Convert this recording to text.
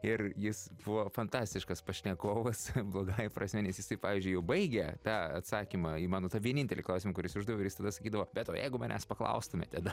ir jis buvo fantastiškas pašnekovas blogąja prasme nes jisai pavyzdžiui jau baigė tą atsakymą į mano tą vienintelį klausimą kurį uždaviau tada sakydavo bet o jeigu manęs paklaustumėte